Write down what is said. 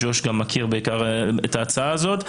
ג'וש גם מכיר את ההצעה הזאת,